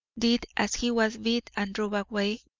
did as he was bid and drove away.